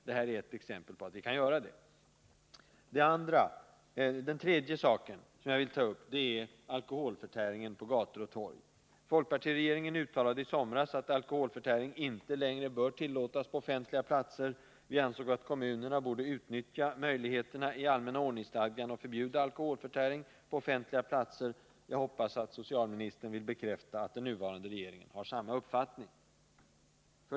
Detta är ett exempel där vi kan göra det. Den tredje saken jag vill ta upp är alkoholförtäringen på gator och torg. Folkpartiregeringen uttalade i somras att alkoholförtäring inte längre bör tillåtas på offentliga platser. Vi ansåg att kommunerna borde utnyttja möjligheterna i allmänna ordningsstadgan att förbjuda alkoholförtäring på offentliga platser. Jag hoppas att socialministern vill bekräfta att den nuvarande regeringen har samma uppfattning.